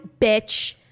bitch